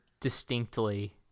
distinctly